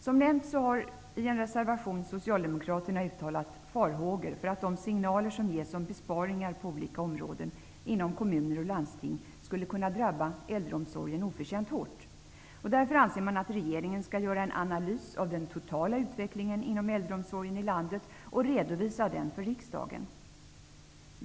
Som nämnts har man i Socialdemokraterna i en reservation uttalat farhågor för att de signaler som ges om besparingar på olika områden inom kommuner och landsting skulle kunna drabba äldreomsorgen oförtjänt hårt. Man anser därför att regeringen skall göra en analys av den totala utvecklingen inom äldreomsorgen i landet, och redovisa den för riksdagen.